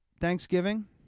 Thanksgiving